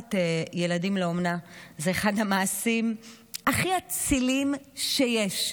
לקחת ילדים לאומנה זה אחד המעשים הכי אציליים שיש.